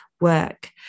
work